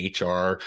HR